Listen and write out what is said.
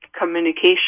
communication